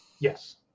Yes